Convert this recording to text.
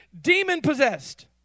demon-possessed